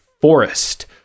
Forest